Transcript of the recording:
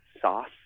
sauce